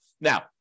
now